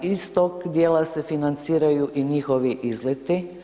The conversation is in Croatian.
Iz toga dijela se financiraju i njihovi izleti.